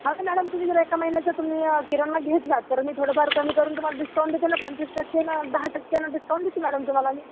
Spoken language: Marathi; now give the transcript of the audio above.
हो तर मॅडम तुम्ही जर एका महिन्याचं तुम्ही किराणा घेतलात तर मी थोडंफार कमी करून तुम्हाला डिस्काउंट देते ना पंचवीस टक्केनं दहा टक्क्यानं डिस्काउंट देते मॅडम तुम्हाला मी